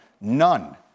None